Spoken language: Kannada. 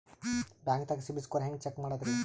ಬ್ಯಾಂಕ್ದಾಗ ಸಿಬಿಲ್ ಸ್ಕೋರ್ ಹೆಂಗ್ ಚೆಕ್ ಮಾಡದ್ರಿ?